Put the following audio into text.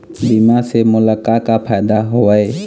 बीमा से मोला का का फायदा हवए?